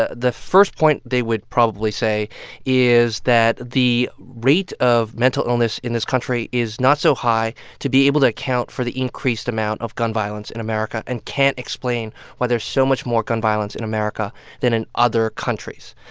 ah the first point they would probably say is that the rate of mental illness in this country is not so high to be able to account for the increased amount of gun violence in america and can't explain why there's so much more gun violence in america than in other countries.